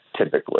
typically